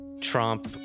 Trump